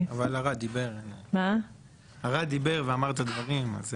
אבל ערד דיבר ואמר את הדברים.